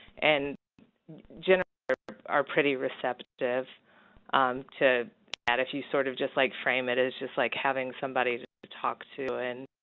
and generally they are pretty receptive to add a few. sort of just like frame it as just like having somebody to talk to. and